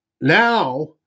now